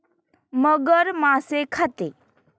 मगर मासे खाते